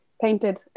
painted